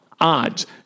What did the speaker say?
odds